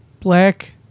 black